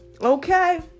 Okay